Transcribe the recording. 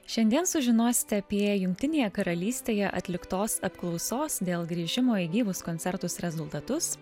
šiandien sužinosite apie jungtinėje karalystėje atliktos apklausos dėl grįžimo į gyvus koncertus rezultatus